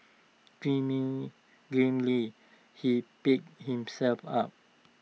grimly grimly he picked himself up